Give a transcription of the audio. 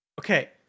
Okay